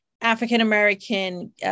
african-american